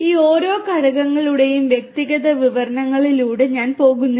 ഈ ഓരോ ഘടകങ്ങളുടെയും വ്യക്തിഗത വിവരണങ്ങളിലൂടെ ഞാൻ പോകുന്നില്ല